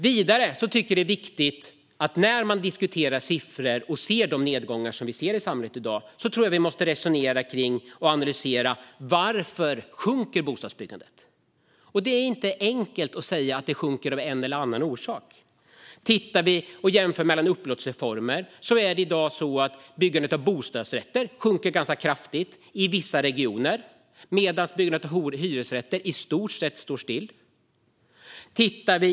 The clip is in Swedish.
Vidare tycker vi att det är viktigt, när vi diskuterar siffror och de nedgångar som vi ser i samhället i dag, att resonera kring och analysera varför bostadsbyggandet sjunker. Det är inte enkelt att säga att det sjunker av en eller annan orsak. Om vi jämför upplåtelseformer sjunker byggandet av bostadsrätter ganska kraftigt i vissa regioner, medan byggandet av hyresrätter i stort sett står still.